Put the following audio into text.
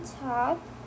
top